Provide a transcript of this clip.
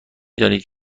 دانید